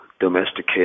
domesticated